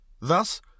Thus